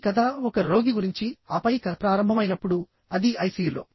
ఈ కథ ఒక రోగి గురించి ఆపై కథ ప్రారంభమైనప్పుడుఅది ఐసియులో